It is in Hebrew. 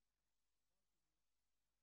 דבר אחד,